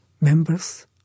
members